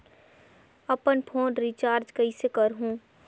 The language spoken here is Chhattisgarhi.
अपन फोन रिचार्ज कइसे करहु?